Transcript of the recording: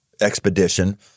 expedition